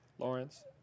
Lawrence